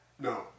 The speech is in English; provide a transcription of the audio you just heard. No